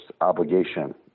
obligation